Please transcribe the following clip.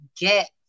get